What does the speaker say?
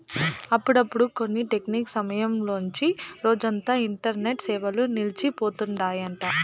అప్పుడప్పుడు కొన్ని టెక్నికల్ సమస్యలొచ్చి రోజంతా ఇంటర్నెట్ సేవలు నిల్సి పోతండాయి